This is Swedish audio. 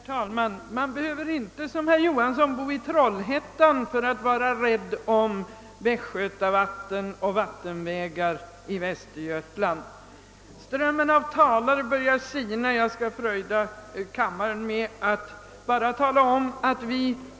Herr talman! Man behöver inte som herr Johansson bo i Trollhättan för att vara rädd om västgötavatten och vattenvägar i Västergötland. Strömmen av talare börjar sina.